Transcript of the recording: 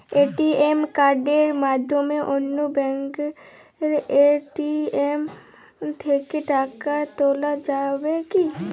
ATM কার্ডের মাধ্যমে অন্য ব্যাঙ্কের এ.টি.এম থেকে টাকা তোলা যাবে কি?